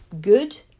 good